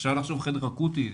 עכשיו לחשוב חדר אקוטי,